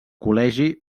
col·legi